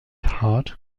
hard